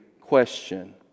question